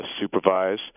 supervise